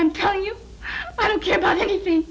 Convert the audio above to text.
i'm telling you i don't care about anything